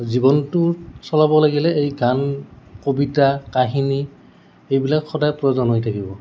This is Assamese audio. জীৱনটোত চলাব লাগিলে এই গান কবিতা কাহিনী এইবিলাক সদায় প্ৰয়োজন হৈ থাকিব